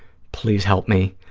please help me,